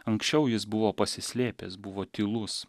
anksčiau jis buvo pasislėpęs buvo tylus